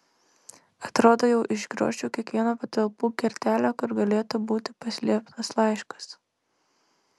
atrodo jau išgriozdžiau kiekvieną patalpų kertelę kur galėtų būti paslėptas laiškas